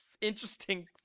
interesting